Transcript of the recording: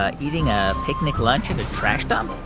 ah eating a picnic lunch in a trash dump?